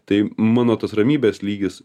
tai mano tos ramybės lygis